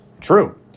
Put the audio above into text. True